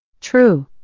True